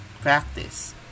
practice